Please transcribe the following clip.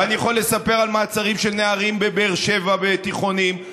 ואני יכול לספר על מעצרים של נערים בבאר שבע בתיכונים.